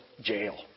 jail